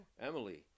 Emily